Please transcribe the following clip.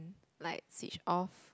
like switch off